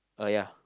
oh ya